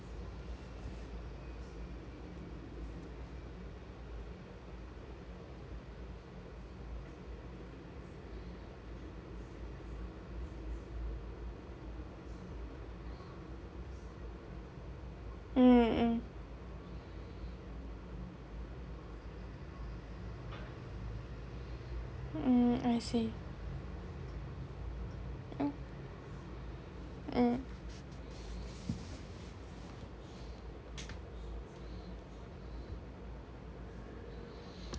mm I see mm uh